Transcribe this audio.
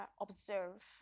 observe